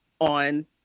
on